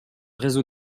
réseau